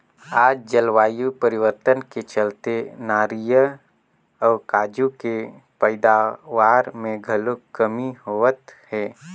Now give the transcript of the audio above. आज जलवायु परिवर्तन के चलते नारियर अउ काजू के पइदावार मे घलो कमी होवत हे